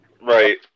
right